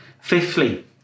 Fifthly